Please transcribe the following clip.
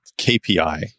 KPI